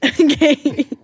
okay